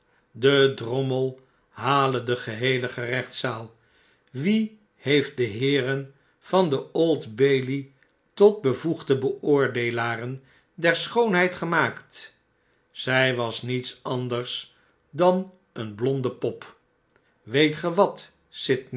de drommel hale de geheele gerechtszaal wie heeft de heeren van de old bailey tot bevoegde beoordeelaren der schoonheid gemaakt zjj was niets anders dan een blonde pop weet ge wat